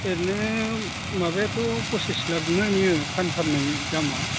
ओरैनो माबायाथ' फसिस लाखमोन इयो फानथारनाय दामा